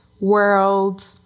world